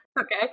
Okay